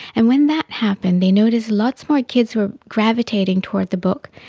and when that happens they noticed lots more kids who were gravitating toward the book,